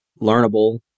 learnable